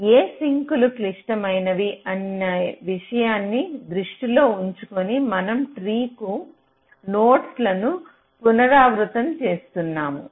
ఏ సింక్లు క్లిష్టమైనవి అనే విషయాన్ని దృష్టిలో ఉంచుకుని మనం ట్రీకు నోడ్ లను పునరావృతం చేస్తున్నాము